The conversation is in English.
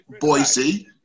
Boise